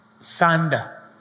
thunder